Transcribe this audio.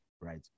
right